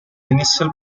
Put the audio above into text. initial